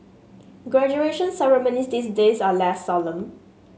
graduation ceremonies these days are less solemn